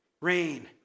rain